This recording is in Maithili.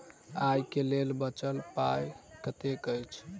आइ केँ लेल बचल पाय कतेक अछि?